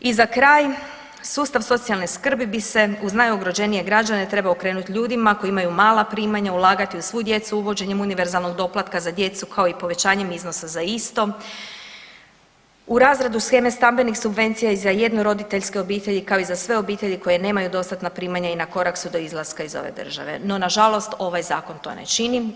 I za kraj, sustav socijalne skrbi bi se uz najugroženije građane trebao okrenuti ljudima koji imaju mala primanja, ulagati u svu djecu uvođenjem univerzalnog doplatka za djecu kao i povećanjem iznosa za istom, u razredu sheme stambenih subvencija i za jednoroditeljske obitelji kao i za sve obitelji koja nemaju dostatna primanja i na korak su do izlaska iz ove države, no nažalost ovaj zakon to ne čini.